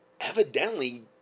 evidently